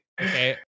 okay